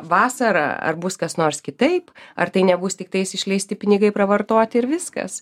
vasarą ar bus kas nors kitaip ar tai nebus tiktais išleisti pinigai pravartoti ir viskas